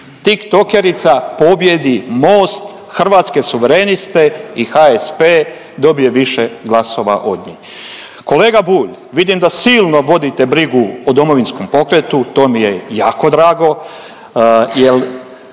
tiktokerica pobjedi Most, Hrvatske suvereniste i HSP dobije više glasova od njih. Kolega Bulj vidim da silno vodite brigu o Domovinskom pokretu, to mi je jako drago